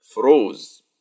froze